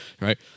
Right